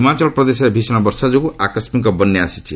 ହିମାଚଳପ୍ରଦେଶରେ ଭୀଷଣ ବର୍ଷା ଯୋଗୁଁ ଆକସ୍କିକ ବନ୍ୟା ଆସିଛି